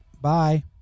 Bye